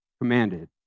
commanded